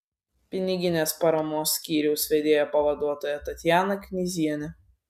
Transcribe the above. piniginės paramos skyriaus vedėjo pavaduotoja tatjana knyzienė